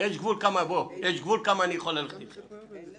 גבול כמה אני יכול ללכת איתכם.